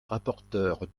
rapporteure